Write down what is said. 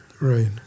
right